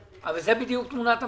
אבל זה בדיוק תמונת המצב.